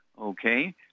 Okay